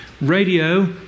radio